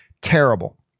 terrible